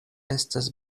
estas